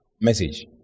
Message